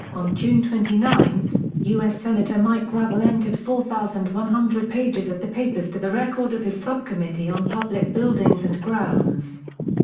on june twenty nine, us senator mike gravel entered four thousand one hundred pages of the papers to the record of his subcommittee on public buildings and grounds.